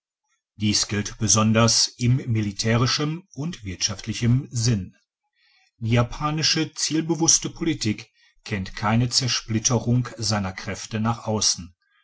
dies gilt besonders in militärischem und wirtschaftlichem sinn die japanische zielbewusste politik kennt keine zersplitterung seiner kräfte nach aussen